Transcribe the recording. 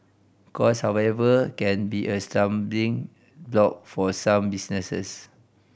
cost however can be a stumbling block for some businesses